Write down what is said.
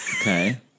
Okay